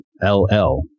LL